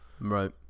Right